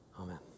Amen